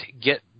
get